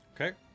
okay